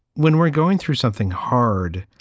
when we're going through something hard,